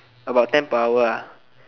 about ten per hour ah